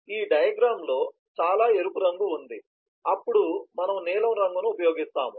ఈ డయాగ్రమ్ లో చాలా ఎరుపు రంగు ఉంది అప్పుడు మనము నీలం రంగును ఉపయోగిస్తాము